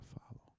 follow